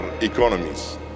economies